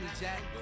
jack